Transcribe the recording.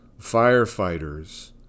firefighters